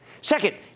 Second